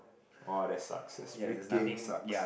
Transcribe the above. orh that sucks that's freaking sucks